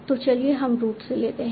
तो चलिए हम रूट से लेते हैं